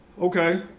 okay